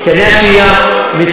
השהייה, כאבן שאין לה הופכין.